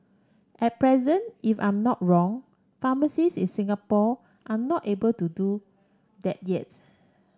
at present if I'm not wrong pharmacists in Singapore are not able to do that yet